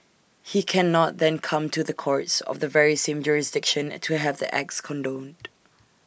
he cannot then come to the courts of the very same jurisdiction to have the acts condoned